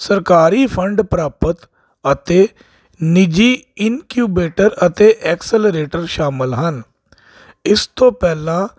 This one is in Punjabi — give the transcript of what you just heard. ਸਰਕਾਰੀ ਫੰਡ ਪ੍ਰਾਪਤ ਅਤੇ ਨਿੱਜੀ ਇਨਕਿਊਬੇਟਰ ਅਤੇ ਐਕਸਲਰੇਟਰ ਸ਼ਾਮਿਲ ਹਨ ਇਸ ਤੋਂ ਪਹਿਲਾਂ